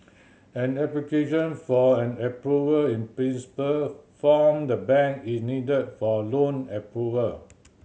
an application for an Approval in Principle from the bank is needed for loan approval